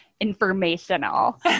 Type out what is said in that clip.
informational